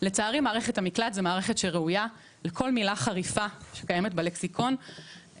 מערכת המקלט זו מערכת שראויה לכל מילה חריפה שקיימת בלקסיקון,